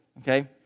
Okay